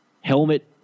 helmet